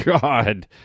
God